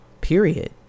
period